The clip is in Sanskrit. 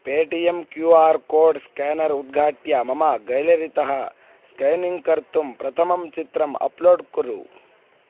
Paytm Q R code scanner उद्घाट्य मम गैलरितः स्केनिङ्ग् कर्तुं प्रथमं चित्रम् अप्लोड् कुरु